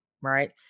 right